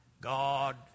God